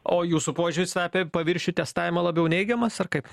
o jūsų požiūris apie paviršių testavimą labiau neigiamas ar kaip